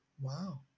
wow